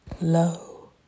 low